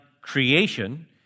creation